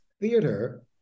theater